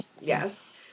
Yes